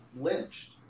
Lynched